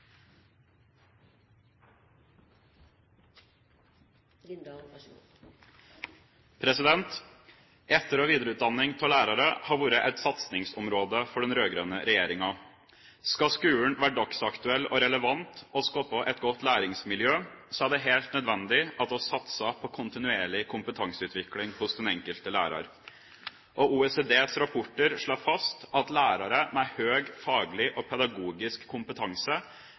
videreutdanning av lærere har vært et satsingsområde for den rød-grønne regjeringa. Skal skolen være dagsaktuell og relevant og skape et godt læringsmiljø, er det helt nødvendig at vi satser på kontinuerlig kompetanseutvikling hos den enkelte lærer. Og OECDs rapporter slår fast at lærere med høy faglig og pedagogisk kompetanse